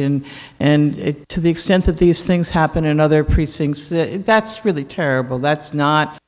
in and to the extent that these things happen in other precincts that that's really terrible that's not